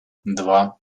два